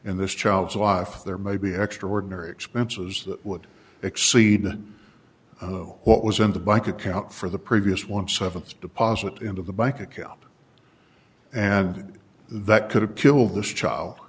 in this child's life there may be extraordinary expenses that would exceed oh what was in the bank account for the previous one th deposit into the bike up and that could have killed this child